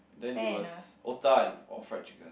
then it was otah and or fried chicken